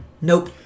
Nope